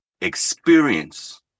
experience